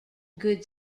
good